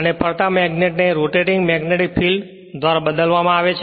અને ફરતા મેગ્નેટ ને રોટેટિંગ મેગ્નીટિક ફિલ્ડ ધ્વારા બદલવામાં આવે છે